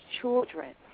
children